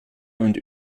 und